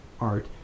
art